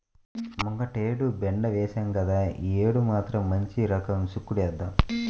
ముంగటేడు బెండ ఏశాం గదా, యీ యేడు మాత్రం మంచి రకం చిక్కుడేద్దాం